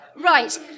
Right